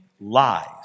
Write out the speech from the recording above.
lies